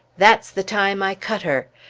that's the time i cut her!